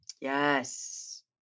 yes